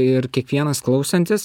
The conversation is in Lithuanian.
ir kiekvienas klausantis